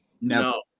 No